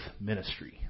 ministry